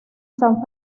san